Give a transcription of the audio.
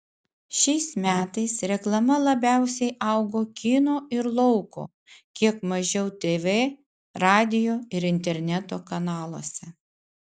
šiais metais reklama labiausiai augo kino ir lauko kiek mažiau tv radijo ir interneto kanaluose